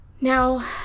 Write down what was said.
Now